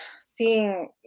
seeing